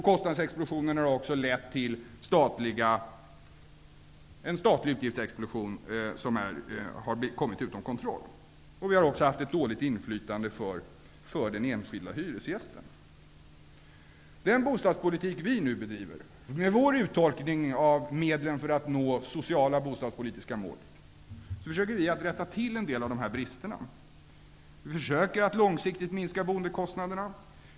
Kostnadsexplosionen har också lett till en statlig utgiftsexplosion, som vi inte har kontroll över. Vi har också haft ett dåligt inflytande för den enskilde hyresgästen. Den bostadspolitik som vi nu bedriver, med vår uttolkning av medlen för att nå sociala bostadspolitiska mål, försöker vi att rätta till en del av dessa brister. Vi försöker att långsiktigt minska bostadskostnaderna.